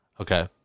Okay